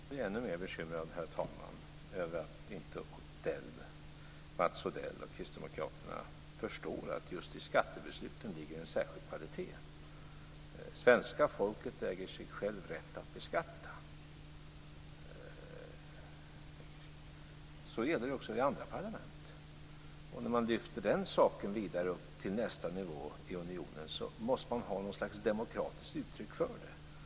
Herr talman! Nu blir jag ännu mer bekymrad över att Mats Odell och Kristdemokraterna inte förstår att just i skattebesluten ligger en särskild kvalitet. Svenska folket äger rätten att sig självt beskatta. Så är det också i andra parlament. När man lyfter upp den vidare till nästa nivå i unionen måste man ha något slags demokratisk uttryck för det.